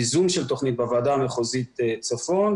ייזום של תוכנית בוועדה המחוזית צפון,